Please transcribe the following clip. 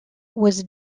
was